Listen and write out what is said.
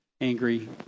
angry